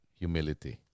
humility